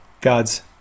God's